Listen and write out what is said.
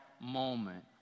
moment